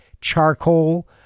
charcoal